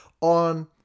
On